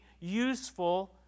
useful